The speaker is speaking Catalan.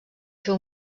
fer